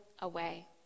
away